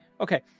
Okay